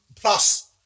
plus